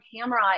camera